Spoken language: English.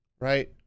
right